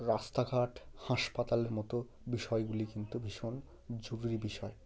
রাস্তাঘাট হাসপাতাল মতো বিষয়গুলি কিন্তু ভীষণ জরুরি বিষয়